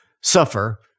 suffer